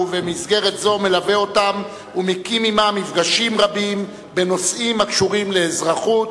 ובמסגרת זו מלווה אותם ומקיים עמם מפגשים רבים בנושאים הקשורים לאזרחות,